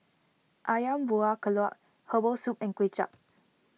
Ayam Buah Keluak Herbal Soup and Kuay Chap